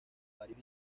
varios